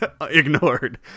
ignored